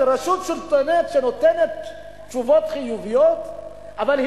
רשות שלטונית נותנת תשובות חיוביות אבל היא